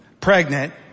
pregnant